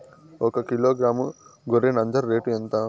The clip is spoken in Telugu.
ఒకకిలో గ్రాము గొర్రె నంజర రేటు ఎంత?